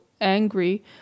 angry